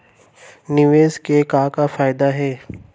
निवेश के का का फयादा हे?